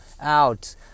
out